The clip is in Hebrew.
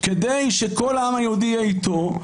כדי שכל העם היהודי יהיה איתו,